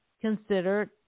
considered